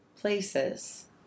places